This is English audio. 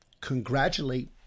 congratulate